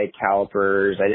calipers